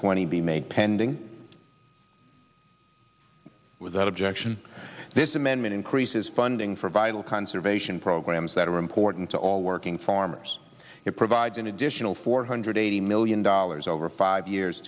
twenty be made pending without objection this amendment increases funding for vital conservation programs that are important to all working farmers it provides an additional four hundred eighty million dollars over five years